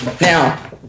Now